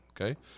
okay